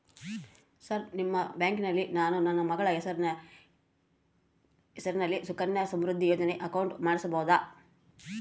Sir ನಿಮ್ಮ ಬ್ಯಾಂಕಿನಲ್ಲಿ ನಾನು ನನ್ನ ಮಗಳ ಹೆಸರಲ್ಲಿ ಸುಕನ್ಯಾ ಸಮೃದ್ಧಿ ಯೋಜನೆ ಅಕೌಂಟ್ ಮಾಡಿಸಬಹುದಾ?